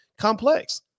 complex